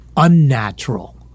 Unnatural